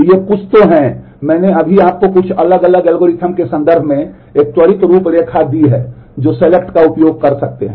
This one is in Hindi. तो ये कुछ तो हैं मैंने अभी आपको कुछ अलग अलग एल्गोरिदम के संदर्भ में एक त्वरित रूपरेखा दी है जो सेलेक्ट का उपयोग कर सकते हैं